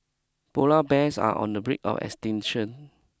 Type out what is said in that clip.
polar bears are on the brick of extinction